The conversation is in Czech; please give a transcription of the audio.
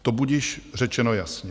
To budiž řečeno jasně.